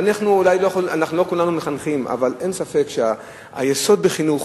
אולי לא כולנו מחנכים, אבל אין ספק שהיסוד בחינוך